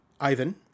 Ivan